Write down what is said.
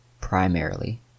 primarily